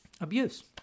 abuse